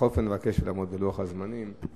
בכל זאת נבקש לעמוד בלוח הזמנים.